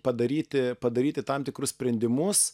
padaryti padaryti tam tikrus sprendimus